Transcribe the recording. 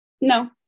No